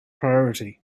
priority